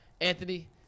Anthony